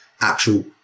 actual